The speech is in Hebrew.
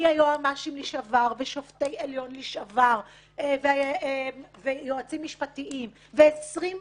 מהיועמ"שים לשעבר ושופטי עליון לשעבר ויועצים משפטיים ו-22